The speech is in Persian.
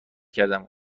کردم